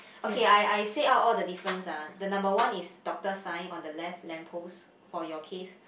okay I I say out all the difference ah the number one is doctor sign on the left lamp post for your case